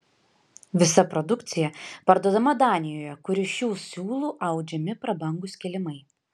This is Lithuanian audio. visa produkcija parduodama danijoje kur iš šių siūlų audžiami prabangūs kilimai